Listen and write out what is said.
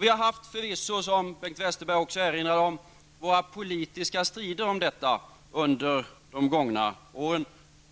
Vi har förvisso haft -- som även Bengt Westerberg erinrat om -- våra politiska strider om detta under de gångna åren.